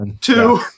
two